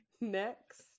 next